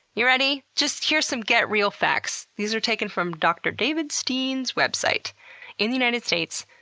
you ready? just hear some get real facts. these are taken from dr. david steen's website in the united states,